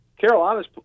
Carolina's